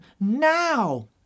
Now